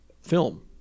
film